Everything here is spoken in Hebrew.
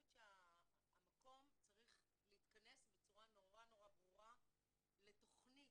המקום צריך להתכנס בצורה נורא נורא ברורה לתכנית